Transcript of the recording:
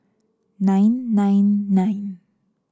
nine nine nine